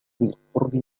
بالقرب